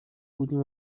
بودیم